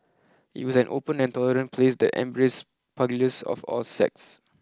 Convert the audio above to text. it was an open and tolerant place that embraced pugilists of all sects